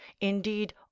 indeed